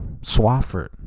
Swafford